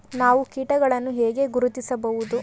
ನಾವು ಕೀಟಗಳನ್ನು ಹೇಗೆ ಗುರುತಿಸಬಹುದು?